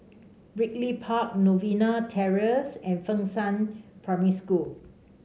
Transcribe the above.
Ridley Park Novena Terrace and Fengshan Primary School